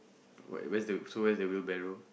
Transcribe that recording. what where's the so where is the wheelbarrow